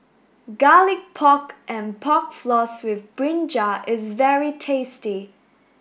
garlic pork and pork floss with brinjal is very tasty